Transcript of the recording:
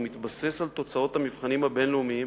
הוא מתבסס על תוצאות המבחנים הבין-לאומיים